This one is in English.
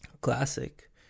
classic